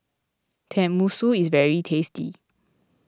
Tenmusu is very tasty